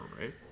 right